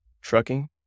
trucking